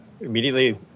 Immediately